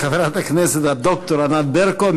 תודה לחברת הכנסת ד"ר ענת ברקו.